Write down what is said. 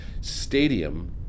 Stadium